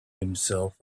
himself